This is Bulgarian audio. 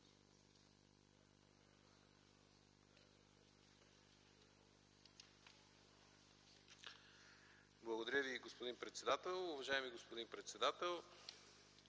Благодаря Ви, господин председател. Уважаеми господин председател,